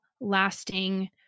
lasting